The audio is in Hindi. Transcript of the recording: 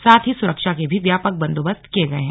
साथ ही सुरक्षा के भी व्यापक बंदोबस्त किये गए हैं